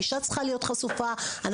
האישה צריכה להיות חשופה לכך.